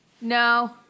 No